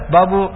Babu